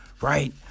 Right